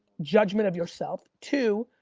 judgment of yourself too,